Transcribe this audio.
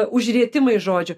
užrietimais žodžiu